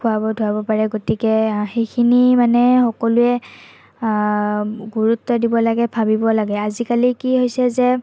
খুৱাব ধুৱাব পাৰে গতিকে সেইখিনি মানে সকলোৱে গুৰুত্ব দিব লাগে ভাবিব লাগে আজিকালি কি হৈছে যে